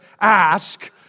ask